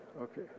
okay